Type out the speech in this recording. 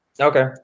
Okay